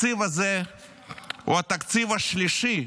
התקציב הזה הוא התקציב השלישי,